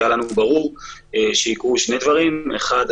כי היה לנו ברור שיקרו שני דברים: הראשון,